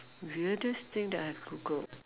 weirdest thing that I have Googled